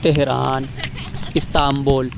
Tehran Istanbul